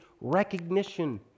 recognition